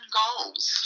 goals